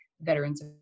veterans